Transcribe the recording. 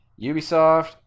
Ubisoft